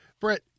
Brett